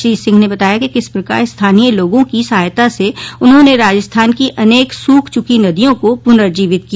श्री सिंह ने बताया कि किस प्रकार स्थानीय लोगों की सहायता से उन्होंने राजस्थान की अनेक सूख च्की नदियों को पुनर्जीवित किया